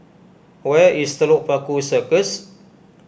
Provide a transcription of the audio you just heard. where is Telok Paku Circus